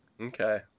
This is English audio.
Okay